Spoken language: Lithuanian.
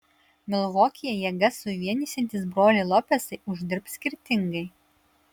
milvokyje jėgas suvienysiantys broliai lopezai uždirbs skirtingai